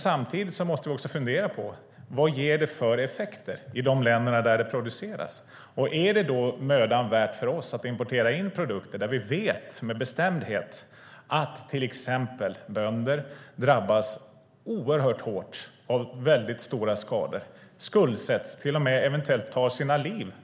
Samtidigt måste vi fundera över vilka effekter det ger i de länder GMO produceras. Är det mödan värt för oss att importera produkter där vi med bestämdhet vet att till exempel bönder drabbas oerhört hårt av stora skador, skuldsätts, till och med tar sina liv?